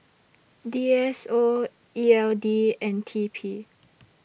D S O E L D and T P